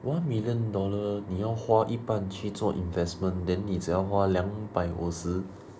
one million dollar 你要花一半去做 investment then 你只要花两百五十